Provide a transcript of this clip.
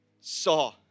saw